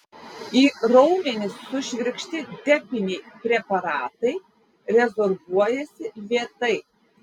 į raumenis sušvirkšti depiniai preparatai rezorbuojasi lėtai